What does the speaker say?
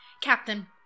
Captain